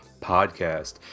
Podcast